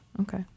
Okay